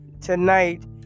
tonight